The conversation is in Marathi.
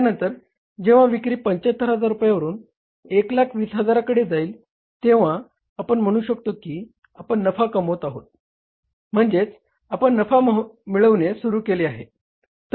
त्यानंतर जेव्हा विक्री 75000 वरून 120000 कडे जाईल तेव्हा आपण म्हणू शकतो की आपण नफा कमवत आहोत म्हणजेच आपण नफा मिळविणे सुरू करू केले आहे